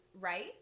right